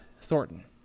Thornton